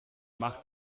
macht